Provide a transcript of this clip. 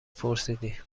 پرسیدی